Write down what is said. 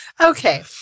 okay